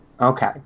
Okay